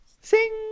Sing